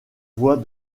voies